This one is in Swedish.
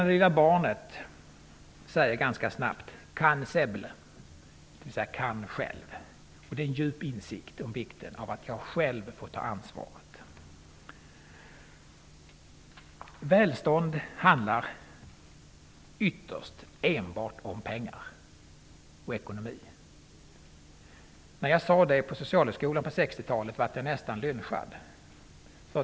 Det lilla barnet säger ganska snabbt ''Kan själv''. Det är uttryck för en djup insikt om vikten av att själv få ta ansvaret. Välstånd handlar ytterst enbart om pengar och ekonomi. När jag sade det på socialhögskolan på 60-talet blev jag nästan lynchad.